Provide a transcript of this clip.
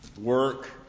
Work